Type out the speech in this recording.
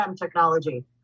technology